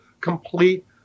complete